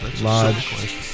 Lodge